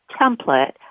template